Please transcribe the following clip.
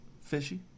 fishy